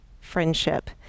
friendship